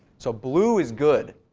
so blue is good.